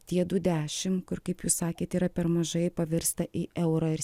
tie du dešim kur kaip jūs sakėt yra per mažai pavirsta į eurą ir